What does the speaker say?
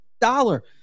dollar